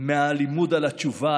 מהלימוד על התשובה,